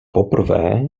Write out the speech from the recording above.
poprvé